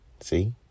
See